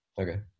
Okay